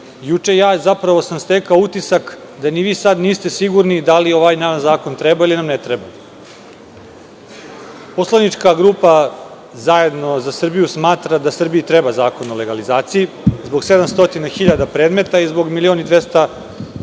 juče stekao sam utisak da vi ni sada niste sigurni da li nam ovaj vaš zakon treba ili nam ne treba. Poslanička grupa Zajedno za Srbiju smatra da Srbiji treba Zakon o legalizaciji zbog 700.000 predmeta i zbog 1.200.000 nelegalno